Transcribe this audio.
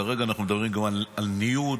כרגע אנחנו מדברים גם על ניוד.